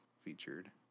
featured